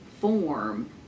form